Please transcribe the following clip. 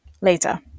Later